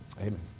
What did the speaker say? Amen